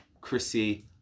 Chrissy